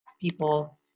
people